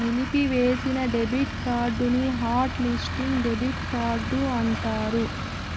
నిలిపివేసిన డెబిట్ కార్డుని hot listing debit card అంటారు